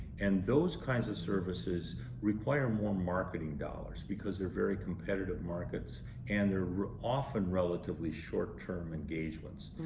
and those kinds of services require more marketing dollars because they're very competitive markets and they're often relatively short term engagements,